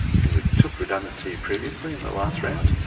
who took redundancy previously, in the last round,